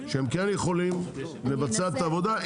שהם כן יכולים לבצע את העבודה.